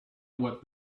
what